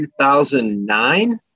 2009